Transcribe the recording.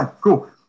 cool